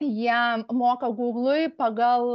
jie moka guglui pagal